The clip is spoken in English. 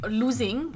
losing